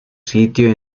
sitio